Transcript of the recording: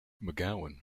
mcgowan